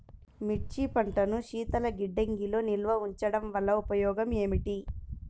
మిర్చి పంటను శీతల గిడ్డంగిలో నిల్వ ఉంచటం వలన ఉపయోగం ఏమిటి?